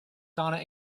sauna